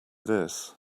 this